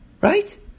Right